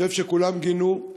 אני חושב שכולם גינו,